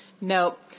Nope